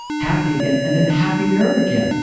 happy again, and then happier again.